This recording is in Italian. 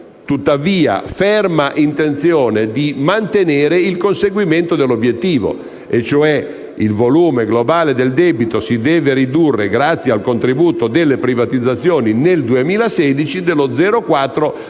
tuttavia, ferma intenzione di mantenere il conseguimento dell'obiettivo. Il volume globale del debito si deve ridurre nel 2016, grazie al contributo delle privatizzazioni, dello 0,4-0,5